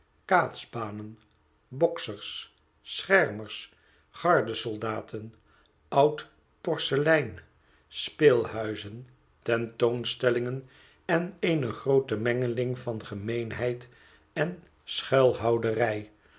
kaatsbanen boksers schermers garde soldaten oud porselein speelhuizen tentoonstellingen en eene groote mengeling van gemeenheid en schuilhouderij